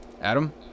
Adam